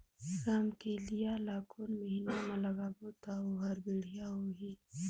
रमकेलिया ला कोन महीना मा लगाबो ता ओहार बेडिया होही?